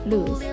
Lose